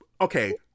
okay